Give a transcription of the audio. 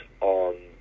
on